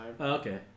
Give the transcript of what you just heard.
Okay